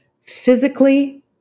Physically